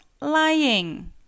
lying